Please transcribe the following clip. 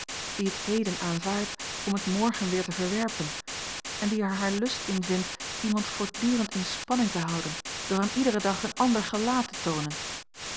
die het heden aanvaardt om het morgen weer te verwerpen en die er haar lust in vindt iemand voortdurend in spanning te houden door hem iederen dag een ander gelaat te toonen